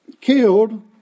killed